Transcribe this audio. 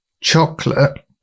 Chocolate